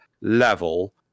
level